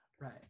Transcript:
Right